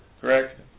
Correct